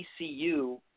ECU